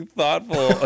thoughtful